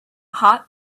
hot